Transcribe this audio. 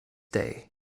day